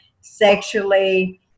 sexually